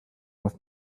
with